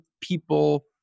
people